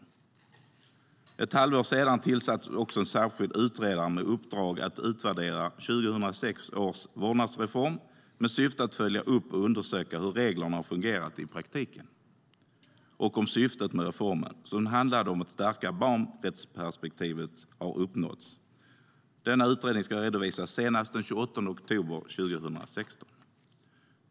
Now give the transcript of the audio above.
För ett halvår sedan tillsattes också en särskild utredare med uppdrag att utvärdera 2006 års vårdnadsreform med syfte att följa upp och undersöka hur reglerna har fungerat i praktiken och om syftet med reformen, som handlade om att stärka barnrättsperspektivet, har uppnåtts. Detta uppdrag ska redovisas senast den 28 oktober 2016.